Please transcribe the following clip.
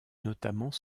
notamment